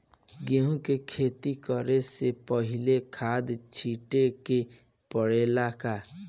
गेहू के खेती करे से पहिले खाद छिटे के परेला का?